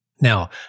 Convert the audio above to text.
Now